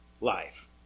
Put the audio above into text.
life